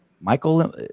Michael